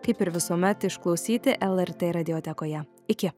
kaip ir visuomet išklausyti lrt radiotekoje iki